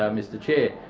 um mr chair.